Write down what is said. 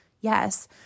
Yes